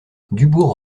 dubourg